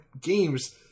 games